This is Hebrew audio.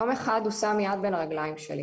יום אחד הוא שם יד בין הרגליים שלי,